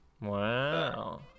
Wow